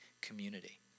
community